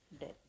death